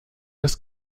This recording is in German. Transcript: des